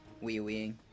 wee-weeing